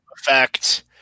effect